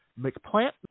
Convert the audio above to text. McPlant